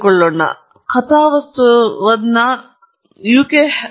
let's ಕಥಾವಸ್ತುವಿನ ಸರಳವಾಗಿ y hat y test ಮತ್ತು ನಂತರ ಪ್ಲಾಟ್ ಹೆಚ್ ಹ್ಯಾಟ್ 3